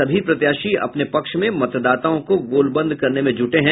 सभी प्रत्याशी अपने पक्ष में मतदाताओं को गोलबंद करने में जुटे हैं